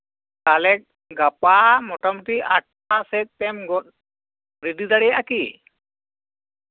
ᱛᱟᱦᱞᱮ ᱜᱟᱯᱟ ᱢᱳᱴᱟᱢᱩᱴᱤ ᱟᱴᱴᱟ ᱥᱮᱫ ᱛᱮᱢ ᱜᱚᱫ ᱨᱮᱰᱤ ᱫᱟᱲᱮᱭᱟᱜᱼᱟ ᱠᱤ